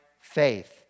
faith